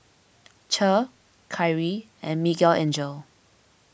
Che Kyrie and Miguelangel